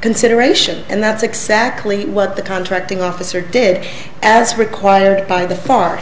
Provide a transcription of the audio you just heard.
consideration and that's exactly what the contracting officer did as required by the par